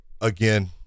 again